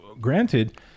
granted